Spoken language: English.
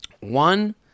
One